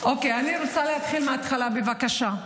אוקיי, אני רוצה להתחיל מההתחלה, בבקשה.